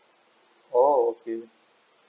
oh okay